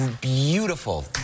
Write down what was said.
beautiful